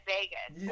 Vegas